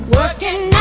working